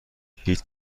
هیچ